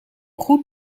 goed